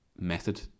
method